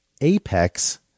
apex